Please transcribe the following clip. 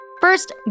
First